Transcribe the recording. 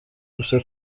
gusa